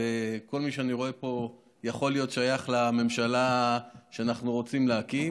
כל מי שאני רואה פה יכול להיות שייך לממשלה שאנחנו רוצים להקים,